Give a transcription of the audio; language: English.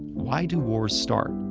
why do wars start?